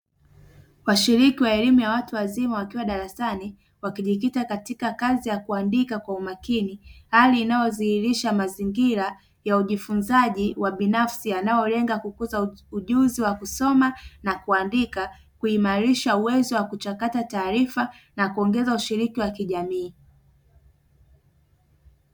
Washirika wa elimu ya watu wazima wakiwa darasani wakijikita katika kazi ya kuandika kwa umakini hali inayodhihirisha mazingira ya ujifunzaji wa binafsi unaolenga kukuza ujuzi wa kusoma na kuandika, kuimarisha uwezo wa kuchakata taarifa, na kuongeza ushiriki wa kijamii.